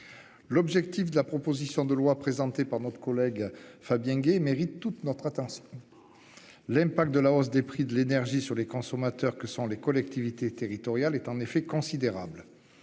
L'objectif de la proposition de loi présentée par notre collègue Fabien Gay mérite toute notre attention. L'impact de la hausse des prix de l'énergie sur les consommateurs que sont les collectivités territoriales, est en effet considérable.